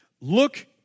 Look